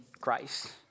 Christ